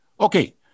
Okay